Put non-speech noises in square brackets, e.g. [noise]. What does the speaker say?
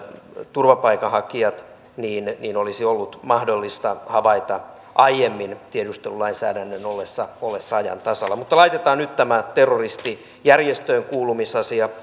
turvapaikanhakijat olisi ollut mahdollista havaita aiemmin tiedustelulainsäädännön ollessa ajan tasalla mutta laitetaan nyt tämä terroristijärjestöönkuulumisasia [unintelligible]